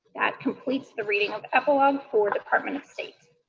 that completes the reading of epilogue for department of state.